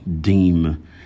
deem